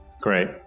great